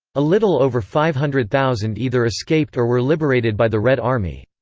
a little over five hundred thousand either escaped or were liberated by the red army.